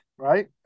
Right